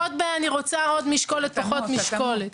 פחות באני רוצה עוד משקולת, פחות משקולת.